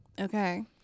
okay